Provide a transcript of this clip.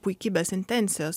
puikybės intencijos